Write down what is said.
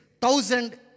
thousand